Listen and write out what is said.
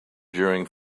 during